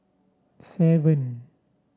seven